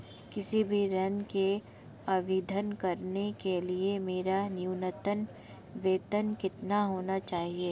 किसी भी ऋण के आवेदन करने के लिए मेरा न्यूनतम वेतन कितना होना चाहिए?